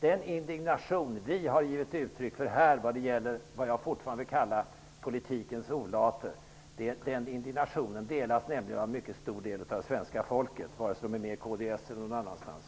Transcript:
Den indignation som vi här har gett uttryck för över vad jag fortfarande kallar politikens olater delas nämligen av en mycket stor del av det svenska folket, oavsett om de är medlemmar i kds eller någon annanstans.